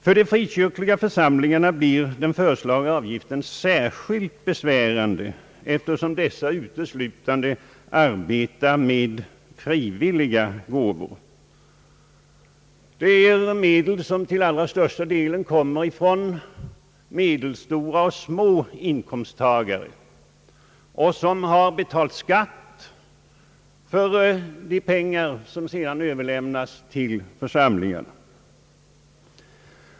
För de frikyrkliga samfunden blir den föreslagna avgiften särskilt besvärande, eftersom dessa samfund uteslutande arbetar med frivilliga gåvor. Det gäller medel som till allra största delen kommer från medelstora och små inkomsttagare, vilka har betalt skatt för de pengar som sedan överlämnats till församlingen.